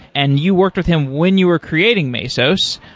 and you worked with him when you were creating mesos.